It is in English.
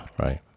right